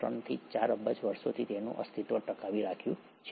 5 થી 4 અબજ વર્ષોથી તેનું અસ્તિત્વ ટકાવી રાખ્યું છે